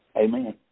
Amen